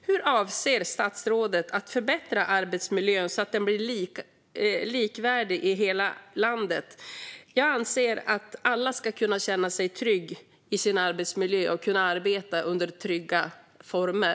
Hur avser statsrådet att förbättra arbetsmiljön så att den blir likvärdig i hela landet? Jag anser att alla ska känna sig trygga i sin arbetsmiljö och kunna arbeta under trygga former.